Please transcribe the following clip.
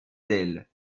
telle